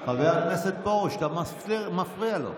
חבר הכנסת פרוש, אתה מפריע לו.